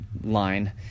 line